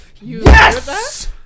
Yes